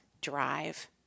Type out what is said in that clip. drive